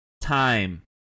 time